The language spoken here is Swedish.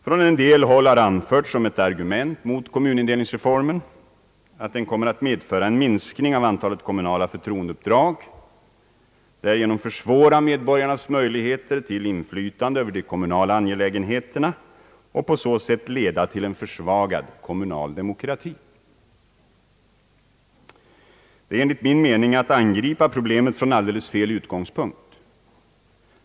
Från en del håll har an förts som ett argument mot kommunindelningsreformen att den kommer att medföra en minskning av antalet kommunala förtroendeuppdrag och därigenom försvåra medborgarnas möjligheter till inflytande över de kommunala angelägenheterna och på så sätt leda till en försvagad kommunal demokrati. Det är enligt min mening att angripa problemet från alldeles fel utgångspunkt.